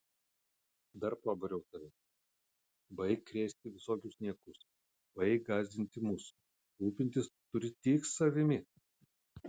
dar pabariau tave baik krėsti visokius niekus baik gąsdinti mus rūpintis turi tik savimi